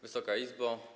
Wysoka Izbo!